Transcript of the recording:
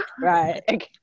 Right